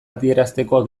adierazteko